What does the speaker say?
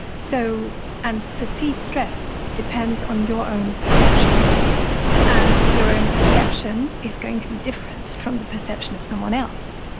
so and perceived stress depends on your own perception and your own perception is going to be different from the perception of someone else.